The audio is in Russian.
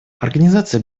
организация